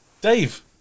dave